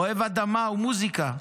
אוהב אדמה ומוזיקה,